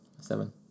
Seven